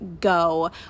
go